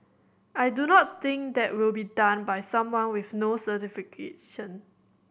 I do not think that will be done by someone with no certification